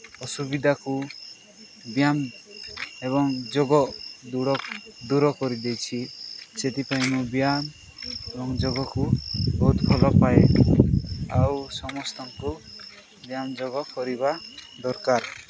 ଅସୁବିଧାକୁ ବ୍ୟାୟାମ ଏବଂ ଯୋଗ ଦୂର ଦୂର କରିଦେଇଛି ସେଥିପାଇଁ ମୁଁ ବ୍ୟାୟାମ ଏବଂ ଯୋଗକୁ ବହୁତ ଭଲପାଏ ଆଉ ସମସ୍ତଙ୍କୁ ବ୍ୟାୟାମ ଯୋଗ କରିବା ଦରକାର